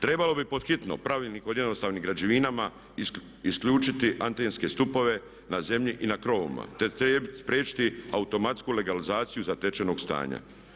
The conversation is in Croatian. Trebalo bi pod hitno Pravilnikom o jednostavnim građevinama isključiti antenske stupove na zemlji i na krovovima te spriječiti automatsku legalizaciju zatečenog stanja.